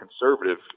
conservative